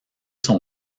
son